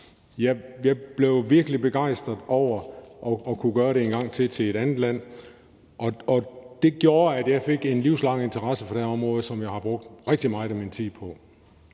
Jeg blev virkelig begejstret over at kunne gøre det en gang til i et andet land, og det gjorde, at jeg fik en livslang interesse for det her område, som jeg har brugt rigtig meget af min tid på.